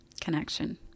connection